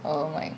oh my